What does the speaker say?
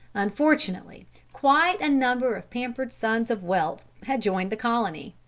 unfortunately quite a number of pampered sons of wealth had joined the colony.